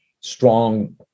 strong